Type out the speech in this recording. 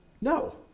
No